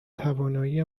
توانایی